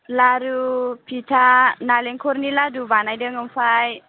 लारु फिथा नारेंखलनि लादु बानायदों ओमफ्राय